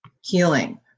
healing